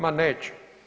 Ma neće.